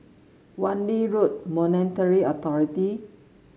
Wan Lee Road Monetary Authority